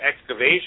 excavation